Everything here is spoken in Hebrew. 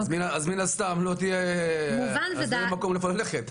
אז מן הסתם לא יהיה לאן ללכת.